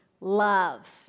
love